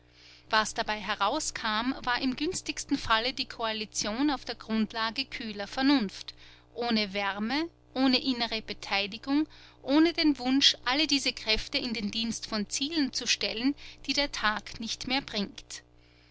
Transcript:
was dabei herauskam war im günstigsten falle die koalition auf der grundlage kühler vernunft ohne wärme ohne innere beteiligung ohne den wunsch alle diese kräfte in den dienst von zielen zu stellen die der tag nicht mehr bringt